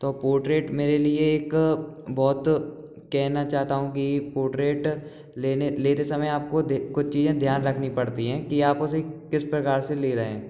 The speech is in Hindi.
तो पोर्ट्रेट मेरे लिए एक बहुत कहना चाहता हूँ कि पोर्ट्रेट लेने लेते समय आपको कुछ चीज़ें ध्यान रखनी पड़ती हैं कि आप उसे किस प्रकार से ले रहे हैं